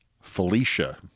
Felicia